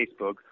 Facebook